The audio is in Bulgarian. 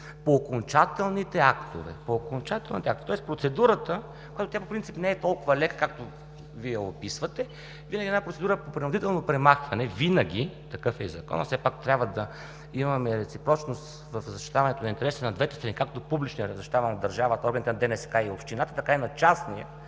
По окончателните актове в процедурата – тя по принцип не е толкова лека, както Вие я описвате – винаги процедура по принудително премахване, такъв е законът: трябва да имаме реципрочност в защитаването на интересите на двете страни както публичният е защитаван от държавата от органите на ДНСК и общината, така и на частния